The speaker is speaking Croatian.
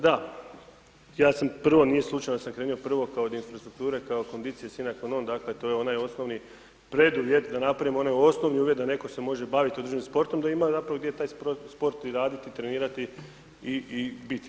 Da, ja sam prvo, nije slučajno da sam krenuo prvo od infrastrukture kao conditio sine qua non dakle to je onaj osnovni preduvjet da napravimo onaj osnovni uvjet da netko se može baviti određenim sportom da imaju zapravo gdje taj sport i raditi, trenirati i biti.